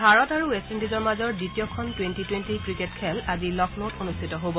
ভাৰত আৰু ৱেষ্ট ইণ্ডিজৰ মাজৰ দ্বিতীয়খন টুৱেণ্টি টুৱেণ্টি ক্ৰিকেট খেল আজি লক্ষ্ণৌত অনুষ্ঠিত হ'ব